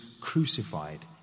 crucified